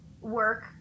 work